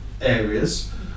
areas